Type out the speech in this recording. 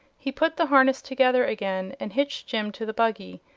he put the harness together again and hitched jim to the buggy.